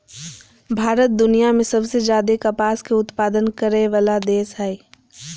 भारत दुनिया में सबसे ज्यादे कपास के उत्पादन करय वला देश हइ